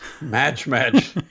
Match-match